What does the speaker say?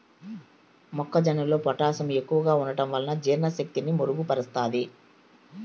మొక్క జొన్నలో పొటాషియం ఎక్కువగా ఉంటడం వలన జీర్ణ శక్తిని మెరుగు పరుస్తాది